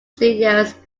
studios